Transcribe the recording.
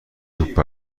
توپ